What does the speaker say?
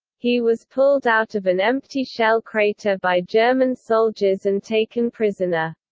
he was pulled out of an empty shell crater by german soldiers and taken prisoner.